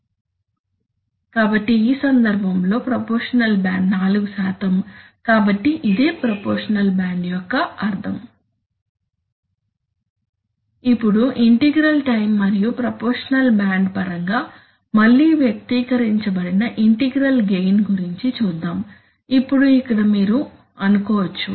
కాబట్టి ఈ సందర్భంలో ప్రపోర్షషనల్ బ్యాండ్ 4 కాబట్టి ఇదే ప్రపోర్షషనల్ బ్యాండ్ యొక్క అర్థం ఇప్పుడు ఇంటిగ్రల్ టైం మరియు ప్రపోర్షషనల్ బ్యాండ్ పరంగా మళ్ళీ వ్యక్తీకరించబడిన ఇంటిగ్రల్ గెయిన్ గురించి చూద్దాం ఇప్పుడు ఇక్కడ మీరు అనుకోవచ్చు